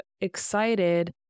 excited